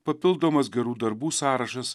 papildomas gerų darbų sąrašas